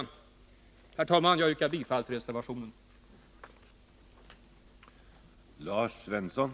Jag yrkar, herr talman, bifall till reservationen.